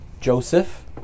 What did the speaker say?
Joseph